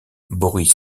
boris